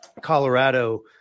Colorado